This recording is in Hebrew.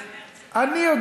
אני,